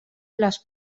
les